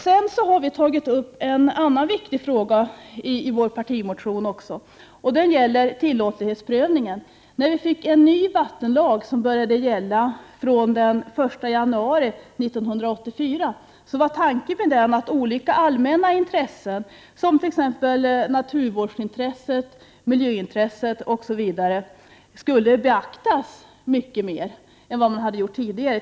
Vi i miljöpartiet har också tagit upp en annan viktig i fråga i vår partimotion, nämligen den samhällsekonomiska tillåtlighetsprövningen. Tanken med den nya vattenlag som började gälla den 1 januari 1984 var att olika allmänna intressen, t.ex. naturvårdsintresset och miljöintresset, skulle beaktas mycket mer än vad som gjorts tidigare.